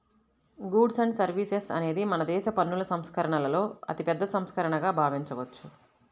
goods and services అనేది మనదేశ పన్నుల సంస్కరణలలో అతిపెద్ద సంస్కరణగా భావించవచ్చు